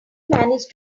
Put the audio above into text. managed